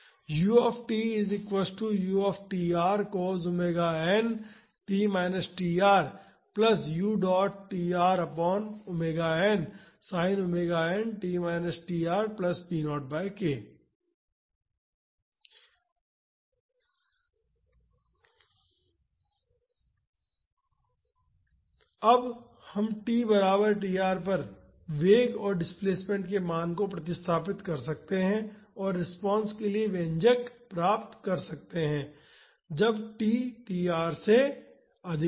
अब हम t बराबर tr पर वेग और डिस्प्लेसमेंट के मान को प्रतिस्थापित कर सकते हैं और रिस्पांस के लिए व्यंजक प्राप्त कर सकते हैं जब t tr से अधिक हो